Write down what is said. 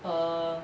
err